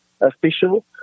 Official